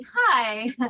hi